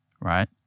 right